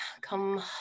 come